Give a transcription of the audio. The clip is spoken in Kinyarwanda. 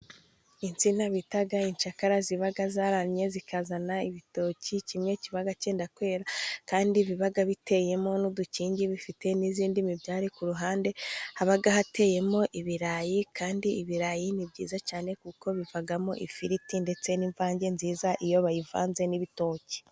Insina bita incakara ziba zaramye zikazana ibitoki bimwe bibaga byenda kwera kandi bibaga biteyemo n'udukingi bifite n'izindi midari ku ruhande haba hateyemo ibirayi, kandi ibirayi ni byiza cyane kuko bivamo ifiriti ndetse n'imvange nziza iyo bayivanze n'ibitoki.